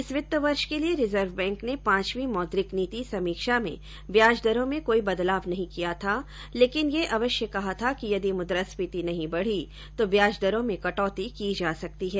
इस वित्त वर्ष के लिए रिजर्व बैंक ने पांचवीं मौद्रिक नीति समीक्षा में व्याज दरों में कोई बदलाव नहीं किया था लेकिन यह अवश्य कहा था कि यदि मुद्रास्फीति नहीं बढ़ी तो ब्याज दरों में कटौती की जा सकती है